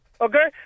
Okay